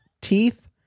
Teeth